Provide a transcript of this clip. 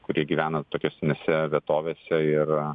kurie gyvena atokesnėse vietovėse ir